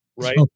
right